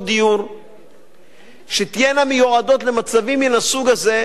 דיור שתהיינה מיועדות למצבים מן הסוג הזה,